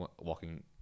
walking